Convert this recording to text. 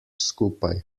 skupaj